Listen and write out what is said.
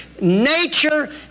nature